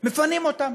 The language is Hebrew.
מפנים אותם,